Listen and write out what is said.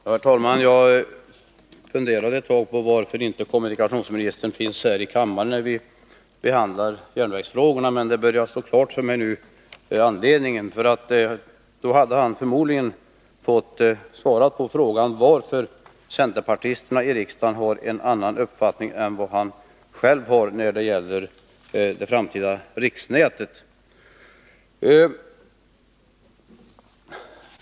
Herr talman! Jag funderade ett tag över varför kommunikationsministern inte finns här i kammaren när vi behandlar järnvägsfrågor. Men anledningen börjar nu stå klar för mig. Då hade han förmodligen fått svara på frågan varför centerpartisterna i riksdagen har en annan uppfattning än han själv har när det gäller det framtida riksnätet.